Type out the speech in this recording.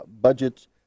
budgets